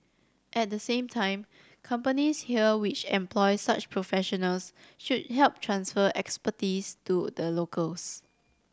at the same time companies here which employ such professionals should help transfer expertise to the locals